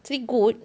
actually good